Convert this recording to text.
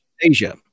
Asia